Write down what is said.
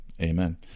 Amen